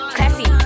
Classy